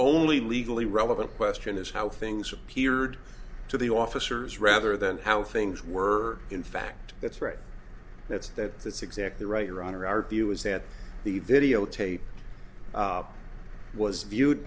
only legally relevant question is how things appeared to the officers rather than how things were in fact that's right that's that that's exactly right your honor our view is that the videotape was viewed